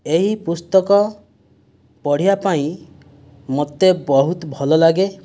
ଏହି ପୁସ୍ତକ ପଢ଼ିବା ପାଇଁ ମୋତେ ବହୁତ ଭଲ ଲାଗେ